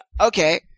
Okay